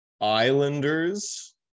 Islanders